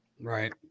Right